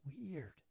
weird